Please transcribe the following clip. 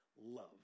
love